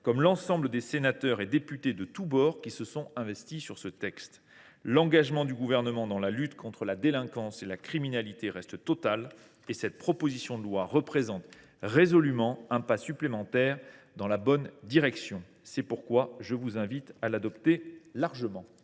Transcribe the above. que l’ensemble des sénateurs et des députés de tous bords qui se sont investis sur ce texte. L’engagement du Gouvernement pour lutter contre la délinquance et la criminalité reste total, et cette proposition de loi y contribue résolument en faisant un pas supplémentaire dans la bonne direction. C’est pourquoi je vous invite à l’adopter largement.